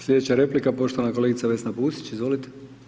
Slijedeća replika poštovana kolegica Vesna Pusić, izvolite.